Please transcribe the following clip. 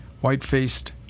white-faced